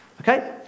okay